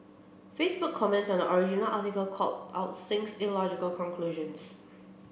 Facebook comments on the original article called out Singh's illogical conclusions